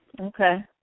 Okay